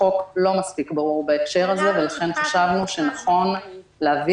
החוק לא מספיק ברור בהקשר הזה ולכן חשבנו שנכון להביא